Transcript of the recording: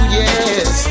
yes